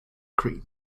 cream